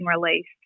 released